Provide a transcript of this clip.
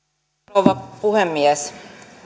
rouva puhemies